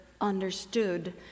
understood